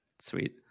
Sweet